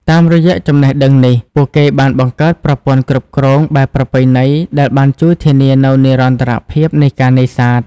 តាមរយៈចំណេះដឹងនេះ ពួកគេបានបង្កើតប្រព័ន្ធគ្រប់គ្រងបែបប្រពៃណីដែលបានជួយធានានូវនិរន្តរភាពនៃការនេសាទ។